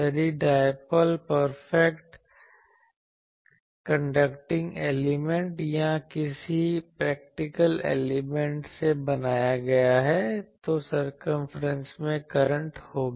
यदि dipole perfect conducting element या किसी प्रैक्टिकल एलिमेंट से बनाया गया है तो सरकम्फ्रेंस में करंट होंगी